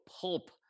pulp